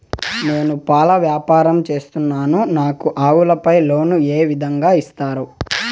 నేను పాల వ్యాపారం సేస్తున్నాను, నాకు ఆవులపై లోను ఏ విధంగా ఇస్తారు